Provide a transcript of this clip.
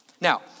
Now